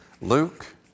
Luke